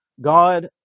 God